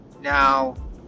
Now